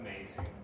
amazing